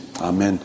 Amen